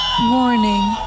Morning